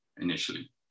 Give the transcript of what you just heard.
initially